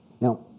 Now